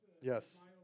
Yes